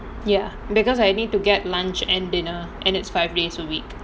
ya because I need to get lunch and dinner and it's five days a week